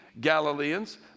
Galileans